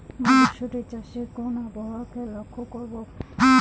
মটরশুটি চাষে কোন আবহাওয়াকে লক্ষ্য রাখবো?